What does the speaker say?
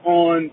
on